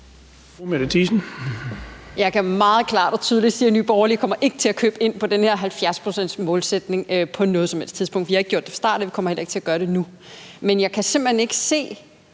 Jeg kan meget klart og tydeligt sige, at Nye Borgerlige ikke kommer til at købe ind på den her 70-procentsmålsætning på noget som helst tidspunkt. Vi har ikke gjort det fra starten, og vi kommer heller ikke til at gøre det nu. Men selv om man tænker